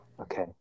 Okay